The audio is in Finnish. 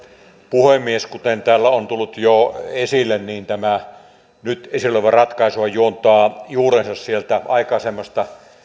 puhemies kuten täällä on tullut jo esille niin tämä nyt esillä oleva ratkaisuhan juontaa juurensa sieltä aikaisemmasta